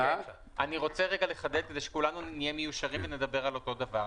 אני רוצה רגע לחדד כדי שכולנו נהיה מיושרים ונדבר על אותו דבר.